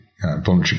voluntary